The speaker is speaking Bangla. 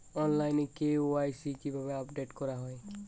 অনলাইনে কে.ওয়াই.সি কিভাবে আপডেট করা হয়?